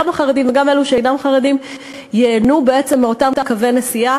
גם החרדים וגם אלו שאינם חרדים ייהנו בעצם מאותם קווי נסיעה